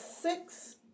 six